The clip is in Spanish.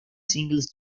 singles